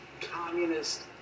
Communist